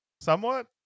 Somewhat